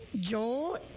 Joel